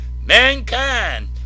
Mankind